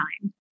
time